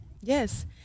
Yes